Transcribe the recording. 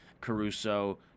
Caruso